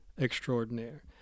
extraordinaire